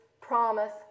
promise